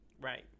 Right